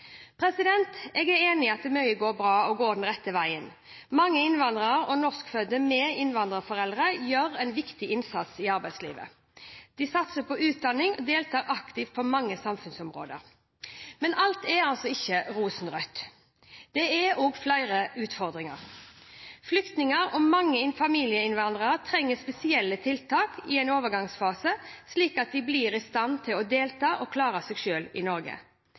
Jeg er enig i at mye går bra og går den rette veien. Mange innvandrere og norskfødte med innvandrerforeldre gjør en viktig innsats i arbeidslivet, satser på utdanning og deltar aktivt på mange samfunnsområder. Men alt er ikke rosenrødt, det er også flere utfordringer. Flyktninger og mange familieinnvandrere trenger spesielle tiltak i en overgangsfase, slik at de blir i stand til å delta og klare seg selv i Norge.